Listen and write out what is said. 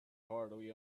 hardly